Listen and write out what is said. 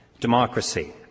Democracy